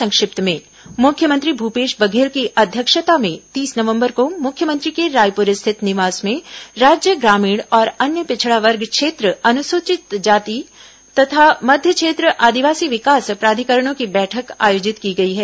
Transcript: संक्षिप्त समाचार मुख्यमंत्री भूपेश बघेल की अध्यक्षता में तीस नवम्बर को मुख्यमंत्री के रायपुर स्थित निवास में राज्य ग्रामीण और अन्य पिछड़ा वर्ग क्षेत्र अनुसूचित जाति तथा मध्य क्षेत्र आदिवासी विकास प्राधिकरणों की बैठक आयोजित की गई है